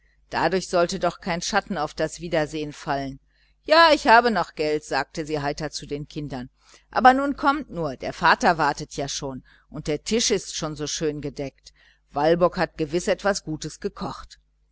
dadurch sollte kein schatten auf das wiedersehen fallen ja ich habe noch geld sagte sie heiter zu den kindern aber nun kommt nur der vater wartet ja schon und der tisch ist so schön gedeckt walburg hat gewiß etwas gutes gekocht